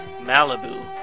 Malibu